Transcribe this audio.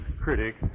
critic